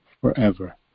forever